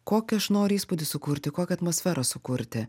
kokį aš noriu įspūdį sukurti kokią atmosferą sukurti